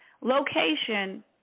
location